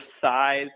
size